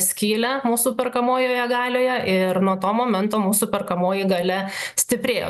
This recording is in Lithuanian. skylę mūsų perkamojoje galioje ir nuo to momento mūsų perkamoji galia stiprėjo